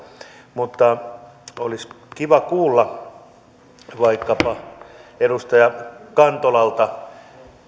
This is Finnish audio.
mutta olisi kiva kuulla vaikkapa edustaja kantolalta